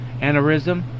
aneurysm